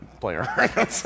player